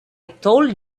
told